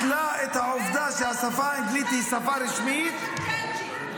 -- ביטלה את העובדה שהשפה האנגלית היא שפה רשמית ----- של צ'רצ'יל,